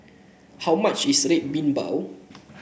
how much is Red Bean Bao